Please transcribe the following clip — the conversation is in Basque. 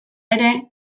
ere